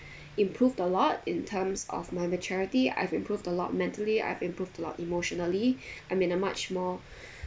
improved a lot in terms of my maturity I've improved a lot mentally I've improved a lot emotionally I'm in a much more